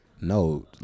no